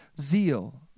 zeal